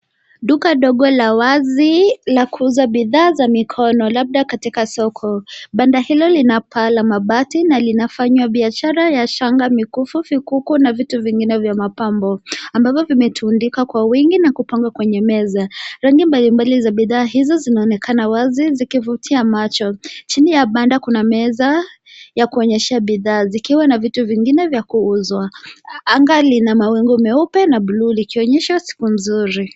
Duka dogo la wazi la kuuza bidhaa za mikono labda katika soko. Banda hilo lina paa la mabati na linafanywa biashara ya shanga, mikufu , vikuku na vitu vingine vya mapambo ambavyo vimetundikwa kwa wingi na kupangwa kwenye meza. Rangi mbalimbali za bidhaa hizo zinaonekana wazi zikivutia macho. Chini ya banda kuna meza ya kuonyesha bidhaa zikiwa na vitu vingine vya kuuzwa. Anga lina mawingu meupe na bluu likionyesha siku nzuri.